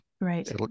right